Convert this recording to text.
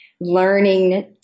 learning